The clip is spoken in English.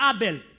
Abel